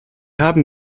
haben